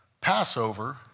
Passover